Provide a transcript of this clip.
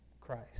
Christ